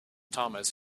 thomas